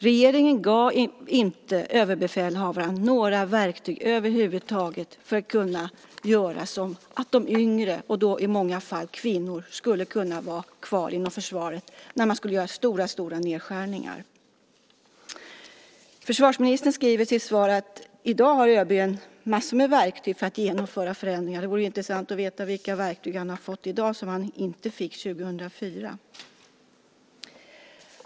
Regeringen gav inte överbefälhavaren några verktyg över huvud taget för att kunna göra så att de yngre, och de var i många fall kvinnor, kunde vara kvar inom försvaret när de stora nedskärningarna skulle göras. Försvarsministern skriver i sitt svar att överbefälhavaren i dag har mängder med verktyg för att genomföra förändringar. Det vore intressant att höra vilka verktyg han nu fått som han inte fick 2004.